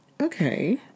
okay